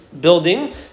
building